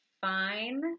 fine